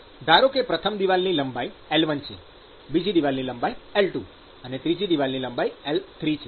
ધારો કે પ્રથમ દિવાલની લંબાઈ L1 છે બીજી દિવાલની લંબાઈ L2 છે અને ત્રીજી દિવાલની લંબાઈ L3 છે